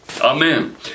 Amen